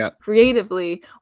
creatively